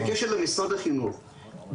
בקשר למשרד החינוך,